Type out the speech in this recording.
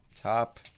top